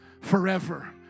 forever